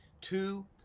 two